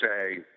say